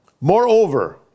Moreover